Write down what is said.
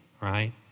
right